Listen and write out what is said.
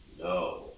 No